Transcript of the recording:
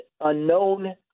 unknown